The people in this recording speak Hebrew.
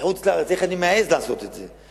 מחוץ-לארץ איך אני מעז לעשות את זה.